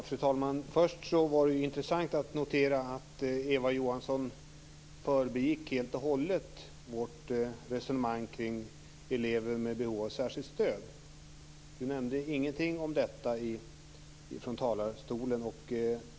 Fru talman! Det var intressant att notera att Eva Johansson helt och hållet förbigick vårt resonemang kring elever med behov av särskilt stöd. Hon nämnde ingenting om detta från talarstolen.